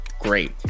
Great